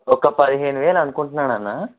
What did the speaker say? ఒక పదిహేను వేలు అనుకుంటున్నా అన్నా